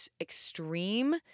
extreme